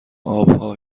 آبها